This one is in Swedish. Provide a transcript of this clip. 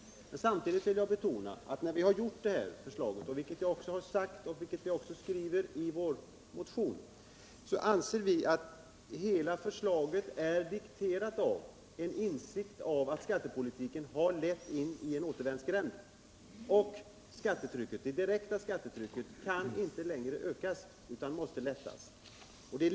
Samtidigt vill jag betona att vad jag tidigare har sagt och som också framgår av vår motion, nämligen att vi anser att hela förslaget är dikterat av en insikt om att skattepolitiken har lett in i en återvändsgränd. Det direkta skattetrycket kan inte längre ökas, utan det måste lättas.